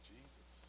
Jesus